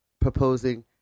proposing